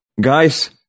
Guys